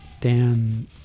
Dan